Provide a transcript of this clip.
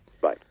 Bye